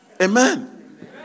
Amen